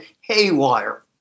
haywire